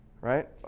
Right